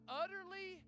utterly